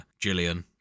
jillian